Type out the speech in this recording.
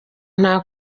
nta